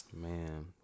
Man